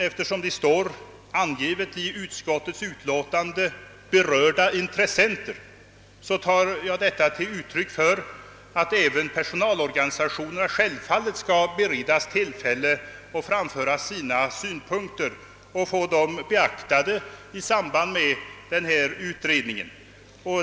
Eftersom det i utskottets utlåtande står angivet »berörda intressenter», tar jag detta uttryck till intäkt för att även personalorganisationerna självfallet skall beredas tillfälle att framför sina synpunkter samt få dem beaktade i samband med att denna utredning arbetar.